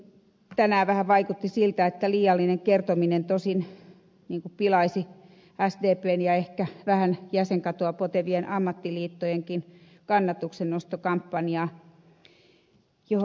tosin tänään vähän vaikutti siltä että liiallinen kertominen niin kuin pilaisi sdpn ja ehkä vähän jäsenkatoa potevien ammattiliittojenkin kannatuksennostokampanjaa johon varmaan nämä adressitkin liittyvät